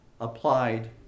applied